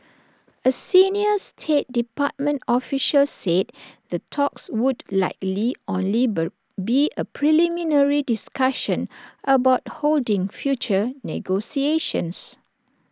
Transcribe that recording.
A senior state department official said the talks would likely only be A preliminary discussion about holding future negotiations